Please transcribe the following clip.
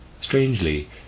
Strangely